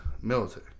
military